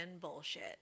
bullshit